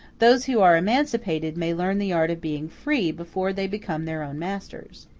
those who are emancipated may learn the art of being free before they become their own masters.